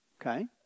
Okay